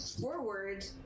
forward